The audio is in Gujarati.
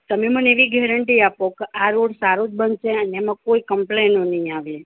તમે મને એવી ગેરંટી આપો કે આ રોડ સારો જ બનશે અને એમાં કોઈ કોમ્પલેનો નહીં આવે